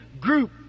group